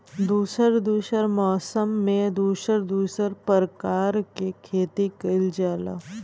दुसर दुसर मौसम में दुसर दुसर परकार के खेती कइल जाला